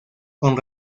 con